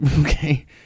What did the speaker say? Okay